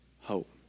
hope